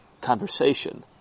conversation